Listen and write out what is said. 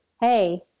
hey